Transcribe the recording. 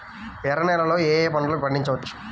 ఎర్ర నేలలలో ఏయే పంటలు పండించవచ్చు?